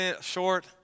short